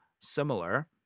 similar